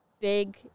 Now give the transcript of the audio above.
big